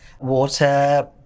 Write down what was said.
water